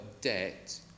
debt